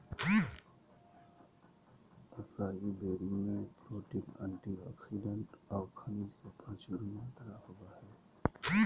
असाई berry में protein, antioxidant औऊ खनिज के प्रचुर मात्रा होबो हइ